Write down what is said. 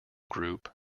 group